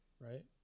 right